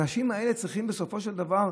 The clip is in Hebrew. האנשים האלה צריכים בסופו של דבר,